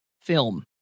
film